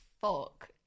fuck